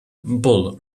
bull